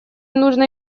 нужно